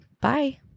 Bye